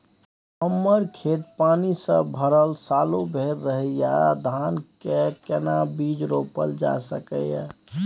हमर खेत पानी से भरल सालो भैर रहैया, धान के केना बीज रोपल जा सकै ये?